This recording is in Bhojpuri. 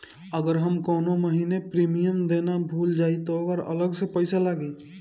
अगर हम कौने महीने प्रीमियम देना भूल जाई त ओकर अलग से पईसा लागी?